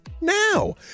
now